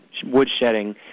woodshedding